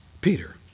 Peter